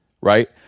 Right